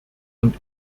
und